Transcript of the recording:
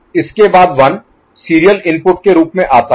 इसके बाद 1 serial input के रूप में आता है